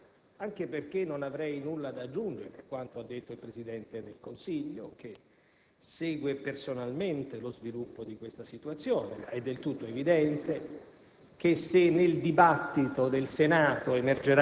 in alcun modo di parlare di Vicenza, anche perché non avrei nulla da aggiungere a quanto ha detto il Presidente del Consiglio, che segue personalmente lo sviluppo di questa situazione. Ma è del tutto evidente